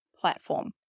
platform